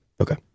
Okay